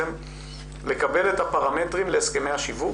לקבל את הפרמטרים להסכמי השיווק,